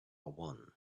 one